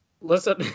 Listen